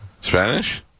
Spanish